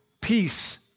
peace